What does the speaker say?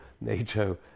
nato